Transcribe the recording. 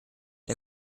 der